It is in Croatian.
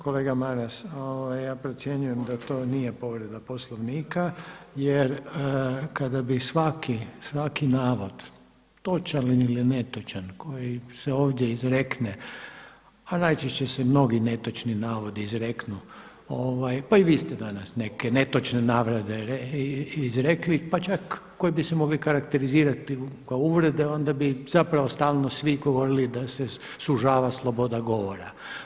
Kolega Maras, ja procjenjujem da to nije povreda Poslovnika jer kada bi svaki navod točan ili netočan koji se ovdje izrekne, a najčešće se mnogi netočni navodi izreknu pa i vi ste danas neke netočne navode izrekli, pa čak koji bi se mogli karakterizirati kao uvrede, onda bi zapravo stalno svi govorili svi da se sužava sloboda govora.